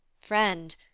Friend